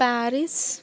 Paris